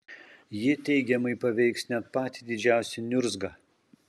ji teigiamai paveiks net patį didžiausią niurzgą